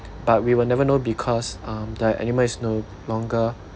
but we will never know because um the animal is no longer